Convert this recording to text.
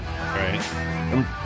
right